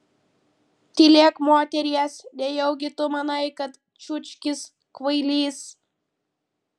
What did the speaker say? tylėk moteries nejaugi tu manai kad čiukčis kvailys